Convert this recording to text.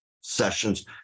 sessions